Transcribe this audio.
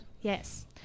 yes